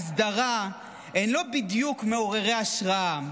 אסדרה לא בדיוק מעוררות השראה,